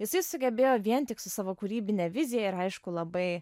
jisai sugebėjo vien tik su savo kūrybine vizija ir aišku labai